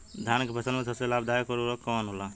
धान के फसल में सबसे लाभ दायक कवन उर्वरक होला?